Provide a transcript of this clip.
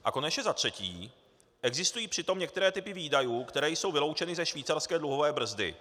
A konečně za třetí, existují přitom některé typy výdajů, které jsou vyloučeny ze švýcarské dluhové brzdy.